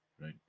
right